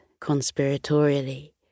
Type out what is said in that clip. conspiratorially